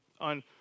on